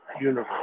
universe